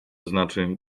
znaczy